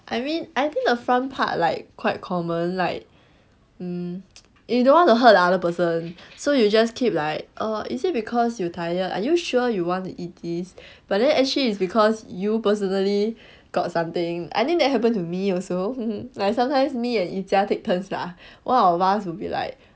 I mean I think the front part like quite common like mm you don't want to hurt the other person so you just keep like err is it because you tired are you sure you want to eat this but then actually it's because you personally got something I think that happened to me also like sometimes me and yi jia take turns lah one of us will be like